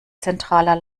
zentraler